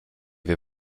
wie